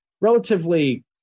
relatively